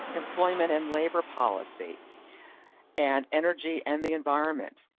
employment and labor policy and energy and the environment,